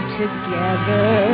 together